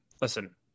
listen